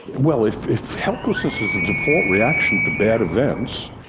well if if helplessness is a default reaction to bad events,